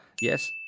yes